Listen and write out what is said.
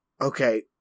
Okay